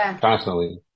constantly